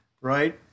right